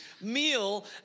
meal